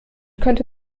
könnte